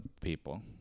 people